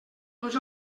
tots